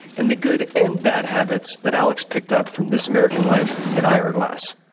and the good and bad habits that alex picked up from this american life and ira glass.